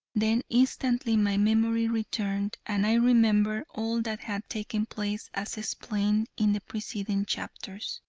then instantly my memory returned, and i remembered all that had taken place, as explained in the preceding chapters.